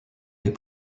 les